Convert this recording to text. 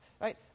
right